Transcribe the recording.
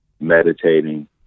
meditating